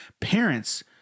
Parents